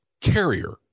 carrier